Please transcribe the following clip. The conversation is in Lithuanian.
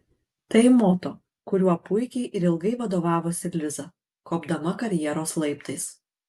tai moto kuriuo puikiai ir ilgai vadovavosi liza kopdama karjeros laiptais